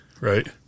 right